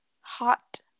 hot